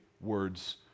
words